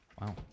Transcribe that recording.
wow